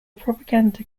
propaganda